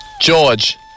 George